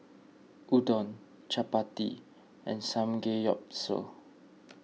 Udon Chapati and Samgeyopsal